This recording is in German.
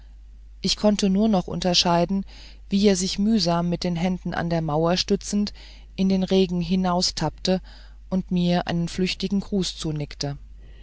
ich konnte nur noch unterscheiden wie er sich mühsam mit den händen an der mauer stützend in den regen hinaustappte und mir einen flüchtigen gruß zunickte